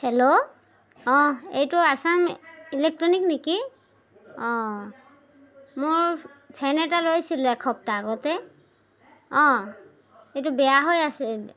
hello অঁ এইটো Assam electronic নেকি অঁ মোৰ ফেন এটা লৈছিল এসপ্তাহ আগতে অঁ এইটো বেয়া হৈ আছে